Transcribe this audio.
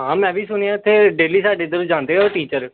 ਹਾਂ ਮੈਂ ਵੀ ਸੁਣਿਆ ਇੱਥੇ ਡੇਲੀ ਸਾਡੇ ਦੋ ਜਾਂਦੇ ਉਹ ਟੀਚਰ